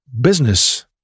business